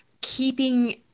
keeping